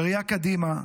בראייה קדימה,